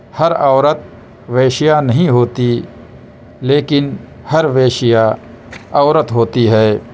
ہر عورت ویشیا نہیں ہوتی لیکن ہر ویشیا عورت ہوتی ہے